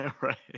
Right